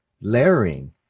layering